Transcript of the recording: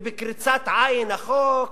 ובקריצת עין לחוק,